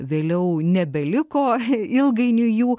vėliau nebeliko ilgainiui jų